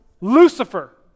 Lucifer